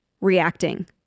reacting